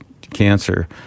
cancer